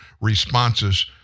responses